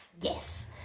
yes